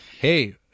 Hey